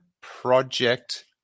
project